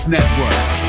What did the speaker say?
Network